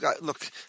look